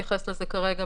לדעתי, סעיף 22כב(ב)